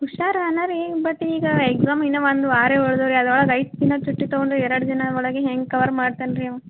ಹುಷಾರು ಆನಾರಿ ಬಟ್ ಈಗ ಎಕ್ಸಾಮ್ ಇನ್ನು ಒಂದು ವಾರ ಉಳ್ದಿವೆ ಅದ್ರೊಳಗೆ ಐದು ದಿನ ಛುಟ್ಟಿ ತಗೊಂಡು ಎರಡು ದಿನದ ಒಳಗೆ ಹೆಂಗೆ ಕವರ್ ಮಾಡ್ತಾನೆ ರೀ ಅವ